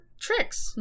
tricks